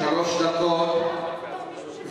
שלוש דקות,